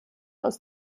aus